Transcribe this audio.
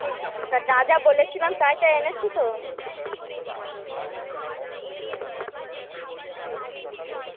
ঠিক তা যা যা বলেছিলাম তাই তাই এনেছো তো